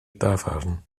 dafarn